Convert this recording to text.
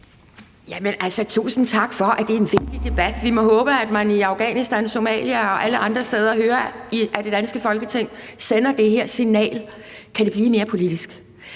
tusind tak for at sige, at det er en vigtig debat. Vi må håbe, at man i Afghanistan, Somalia og alle andre steder hører, at det danske Folketing sender det her signal. Kan det blive mere politisk?